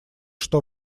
что